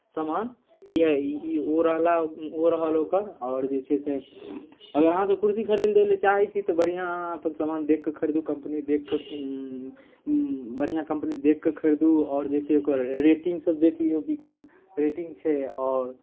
सामान इएह ई ओ रहला ओ रहल ओकर आओर जे छै से अगर अहाँसभ कुरसी खरीदय लेल चाहै छी तऽ बढ़िआँ अहाँ अपन सामान देखि कऽ खरीदू कंपनी देखि कऽ बढ़िआँ कंपनी देखि कऽ खरीदू आओर जे छै से ओकर रेटिंगसभ देख लियौ की केना रेटिंग छै आओर